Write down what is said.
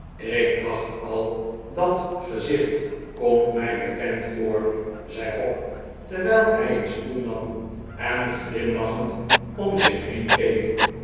ik dacht al dat gezicht komt mij bekend voor zei fogg terwijl hij een stoel nam en glimlachend om zich h'een keek